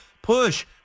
Push